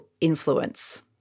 influence